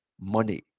money